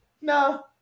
no